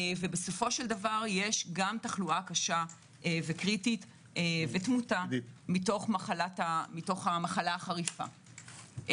ויש גם תחלואה קשה וקריטית ותמותה מתוך המחלה החריפה.